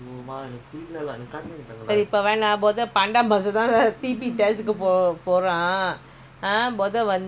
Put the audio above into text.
அப்பஉனக்குதெரியும் இந்தமாதிரிஇருக்கும்னுமொதலேயேதெரிஞ்சுகாசுசேத்துவச்சிருக்கணும்:apa unaku theriyum indha mathiri irukkumnu mothalaye therinchu kaasu seethu vachirukkanum